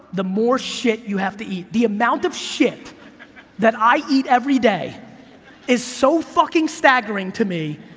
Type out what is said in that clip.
the more shit you have to eat, the amount of shit that i eat every day is so fucking staggering to me,